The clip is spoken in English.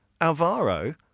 Alvaro